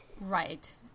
Right